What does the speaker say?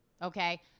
Okay